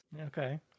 okay